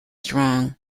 strong